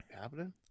happening